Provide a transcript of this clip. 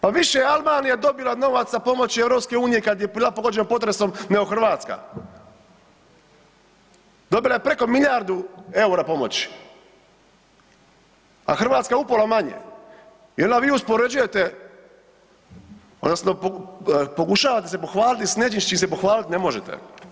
Pa više je Albanija dobila novaca pomoći EU kad je bila pogođena potresom nego Hrvatska, dobila je preko milijardu EUR-a pomoći, a Hrvatska upola manje i onda vi uspoređujete odnosno pokušavate se pohvaliti s nečim s čim se pohvalit ne možete.